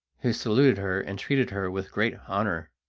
who saluted her and treated her with great honour.